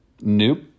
Nope